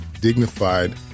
dignified